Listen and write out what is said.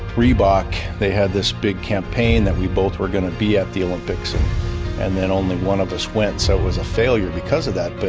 reebok, they had this big campaign that we both were going to be at the olympics and then only one of us went, so it was a failure because of that. but